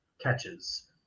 catches